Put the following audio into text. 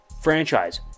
Franchise